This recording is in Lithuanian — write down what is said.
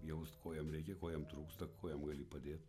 jaust ko jam reikia ko jam trūksta kuo jam gali padėt